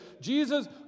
Jesus